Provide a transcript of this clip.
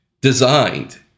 designed